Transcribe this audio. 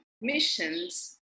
missions